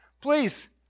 please